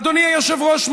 אדוני היושב-ראש,